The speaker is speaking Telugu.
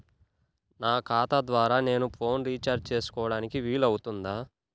నా ఖాతా ద్వారా నేను ఫోన్ రీఛార్జ్ చేసుకోవడానికి వీలు అవుతుందా?